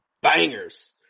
bangers